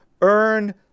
earn